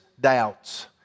doubts